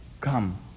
Come